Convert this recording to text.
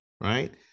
right